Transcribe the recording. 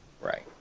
Right